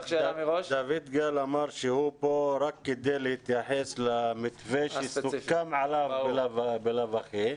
דויד גל אמר שהוא פה רק כדי להתייחס למתווה שסוכם עליו בלאו הכי,